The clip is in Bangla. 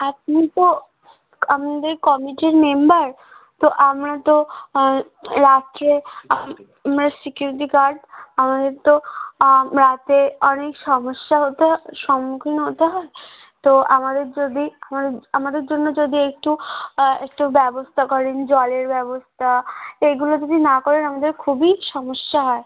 আপনি তো আমাদের কমিটির মেম্বার তো আমরা তো রাত্রে মানে সিকিউরিটি গার্ড আমাদের তো রাতে অনেক সমস্যা হতে হ সম্মুখীন হতে হয় তো আমাদের যদি আমাদের আমাদের জন্য যদি একটু একটু ব্যবস্থা করেন জলের ব্যবস্থা এইগুলো যদি না করেন আমাদের খুবই সমস্যা হয়